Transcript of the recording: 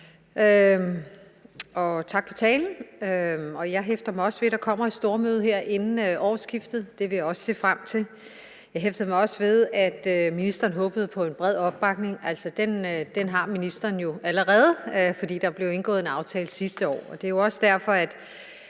tak for talen. Jeg hæfter mig også ved, at der kommer et stormøde her inden årsskiftet, og det vil jeg også se frem til. Jeg hæfter mig også ved, at ministeren håbede på en bred opbakning. Altså, den har ministeren jo allerede, for der blev indgået en aftale sidste år. Det er jo også derfor, vi